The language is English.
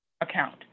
account